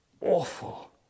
awful